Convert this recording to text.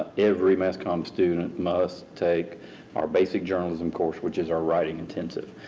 every mass comm. student must take our basic journalism course which is our writing intensive.